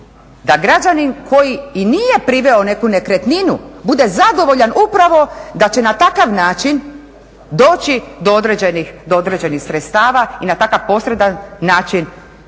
da građanin koji i nije priveo neku nekretninu bude zadovoljan upravo da će na takav način doći do određenih sredstava i na takav posredan način